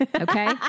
okay